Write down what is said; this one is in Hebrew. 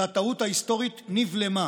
והטעות ההיסטורית נבלמה.